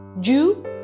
Jew